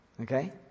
Okay